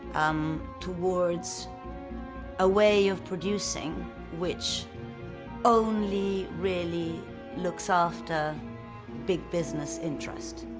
um, towards a way of producing which only really looks after big business interest.